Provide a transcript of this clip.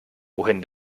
wohin